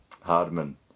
Hardman